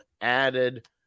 added